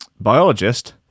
Biologist